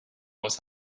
was